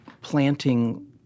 planting